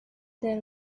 there